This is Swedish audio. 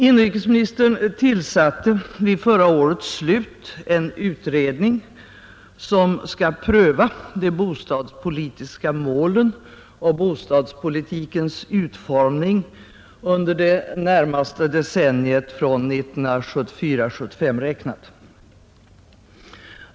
Inrikesministern tillsatte vid förra årets slut en utredning, som skall pröva de bostadspolitiska målen och bostadspolitikens utformning under det närmaste decenniet, räknat från 1974/75.